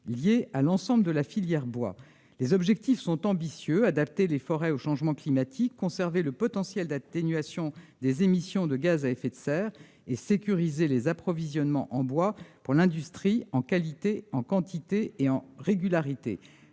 et à l'ensemble de la filière bois. Les objectifs sont ambitieux : adapter les forêts au changement climatique, conserver le potentiel d'atténuation des émissions de gaz à effet de serre et sécuriser en qualité, en quantité et en régularité